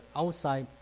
outside